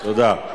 תודה.